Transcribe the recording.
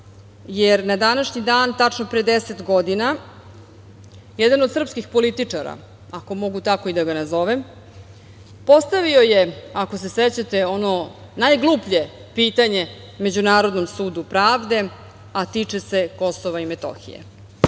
jer na današnji dan tačno pre 10 godina, jedan od srpskih političara, ako mogu tako i da ga nazovem, postavio je, ako se sećate, ono najgluplje pitanje Međunarodnom sudu pravde, a tiče se Kosova i Metohije.